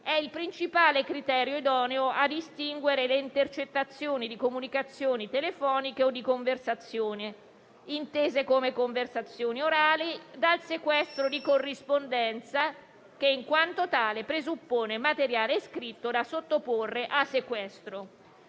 è il principale criterio idoneo a distinguere le intercettazioni di comunicazioni telefoniche o di conversazione, intese come conversazioni orali, dal sequestro di corrispondenza che, in quanto tale, presuppone materiale scritto da sottoporre a sequestro.